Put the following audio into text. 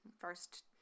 first